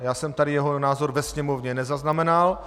Já jsem tady jeho názor ve Sněmovně nezaznamenal.